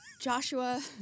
Joshua